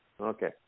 Okay